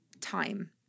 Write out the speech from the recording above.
time